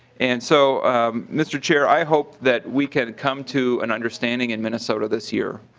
and so mr. chair i hope that we can come to an understanding in minnesota this year.